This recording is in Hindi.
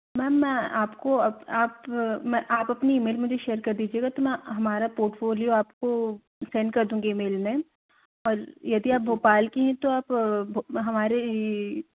मेम मैं आपको आप आप मैं आप अपने ई मेल मुझे शेयर कर दीजिएगा तो मैं हमारा पोर्टफोलियों आपको सेंड कर दूँगी मेल में और यदि आप भोपाल की हैं तो आप हमारे